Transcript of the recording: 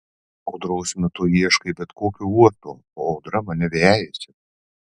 audros metu ieškai bet kokio uosto o audra mane vejasi